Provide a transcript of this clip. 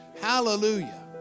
Hallelujah